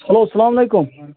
hello السَلام علیکُم